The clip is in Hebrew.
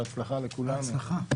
בהצלחה לכולם.